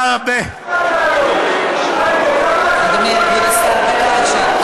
אדוני, כבוד השר, דקה בבקשה.